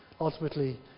Ultimately